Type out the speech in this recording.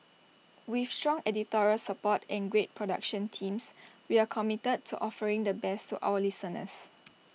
with strong editorial support and great production teams we are committed to offering the best to our listeners